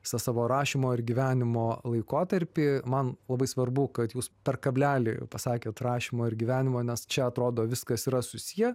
visą savo rašymo ir gyvenimo laikotarpį man labai svarbu kad jūs per kablelį pasakėt rašymo ir gyvenimo nes čia atrodo viskas yra susiję